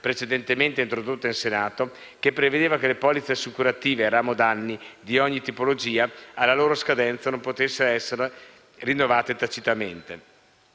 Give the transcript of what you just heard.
precedentemente introdotta in Senato, che prevedeva che le polizze assicurative ramo danni di ogni tipologia alla loro scadenza non potessero essere rinnovate tacitamente.